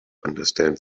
understand